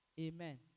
Amen